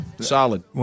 Solid